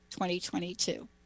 2022